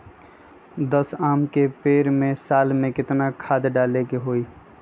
दस आम के पेड़ में साल में केतना खाद्य डाले के होई?